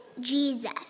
Jesus